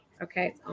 Okay